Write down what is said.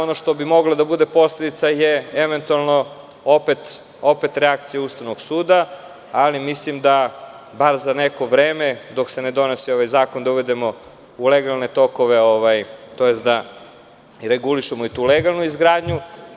Ono što bi mogla da bude posledica je eventualno opet reakcija Ustavnog suda, ali mislim da bar za neko vreme dok se ne donese ovaj zakon, da regulišemo tu legalnu izgradnju.